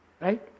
Right